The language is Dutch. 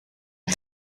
een